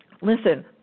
Listen